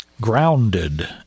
grounded